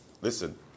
listen